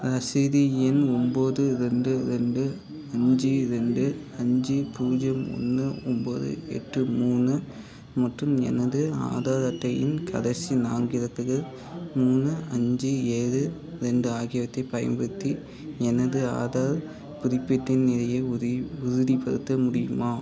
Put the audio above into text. serial எண் ஒம்பது ரெண்டு ரெண்டு அஞ்சு ரெண்டு அஞ்சு பூஜ்ஜியம் ஒன்று ஒம்பது எட்டு மூணு மற்றும் எனது ஆதார் அட்டையின் கடைசி நான்கு இலக்கங்கள் மூணு அஞ்சு ஏழு ரெண்டு ஆகியவற்றைப் பயன்படுத்தி எனது ஆதார் புதுப்பித்தல் நிலையை உறி உறுதிப்படுத்த முடியுமா